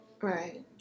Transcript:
Right